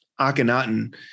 Akhenaten